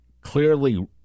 clearly